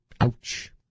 Ouch